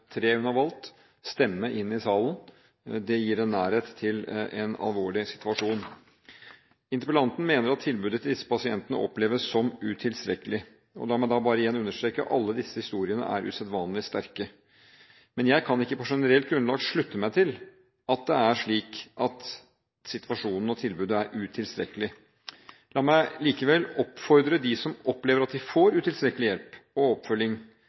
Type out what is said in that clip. tre hun har valgt, en stemme inn i salen. Det gir en nærhet til en alvorlig situasjon. Interpellanten mener at tilbudet til disse pasientene oppleves som utilstrekkelig. La meg bare igjen understreke: Alle disse historiene er usedvanlig sterke. Men jeg kan ikke på generelt grunnlag slutte meg til at det er slik at situasjonen og tilbudet er utilstrekkelig. La meg likevel oppfordre dem som opplever at de får utilstrekkelig hjelp og oppfølging,